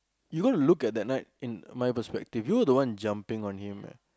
you gotta look at that night in my perspective you were the one jumping on him eh